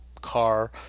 car